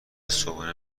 صبحونه